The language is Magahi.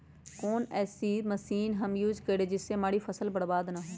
ऐसी कौन सी मशीन हम यूज करें जिससे हमारी फसल बर्बाद ना हो?